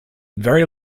very